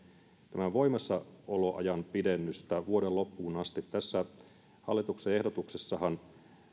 tämän voimassaoloajan pidennystä vuoden loppuun asti hallituksen ehdotuksessahan